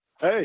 Hey